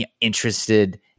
interested